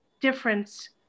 difference